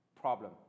Problem